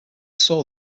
saw